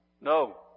No